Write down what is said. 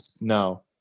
No